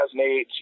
2008